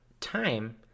Time